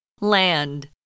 land